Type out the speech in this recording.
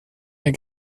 der